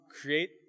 create